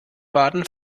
baden